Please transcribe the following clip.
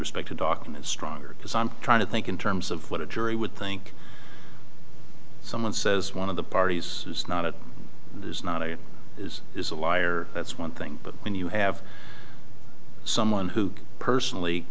respect to doctrine is stronger because i'm trying to think in terms of what a jury would think someone says one of the parties is not a is not a is is a liar that's one thing but when you have someone who personally